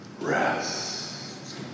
Rest